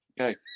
Okay